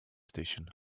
station